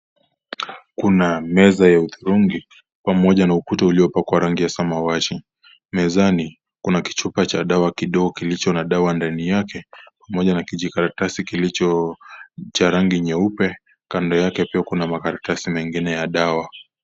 Kuna meza ya udurungi, pamoja na ukuta ulio pakwa rangi ya samawati, mezani, kuna kichupa cha dawa kidogo kilicho na dawa ndani yake, pamoja na kijukaratasi kilicho chavrangi nyeupe, kando yake pia kuna makaratasi mengine ya dawa.